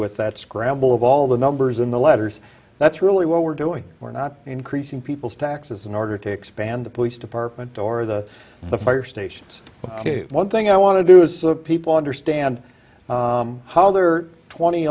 that scramble of all the numbers in the letters that's really what we're doing we're not increasing people's taxes in order to expand the police department or the the fire stations one thing i want to do is people understand how there are twenty